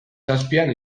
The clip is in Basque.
zazpian